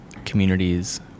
communities